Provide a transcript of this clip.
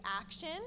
action